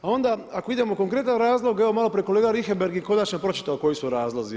A onda, ako idemo u konkretan razloga, evo, malo prije kolega Richembergh je konačno pročitao koji su razlozi.